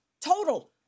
total